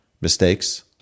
mistakes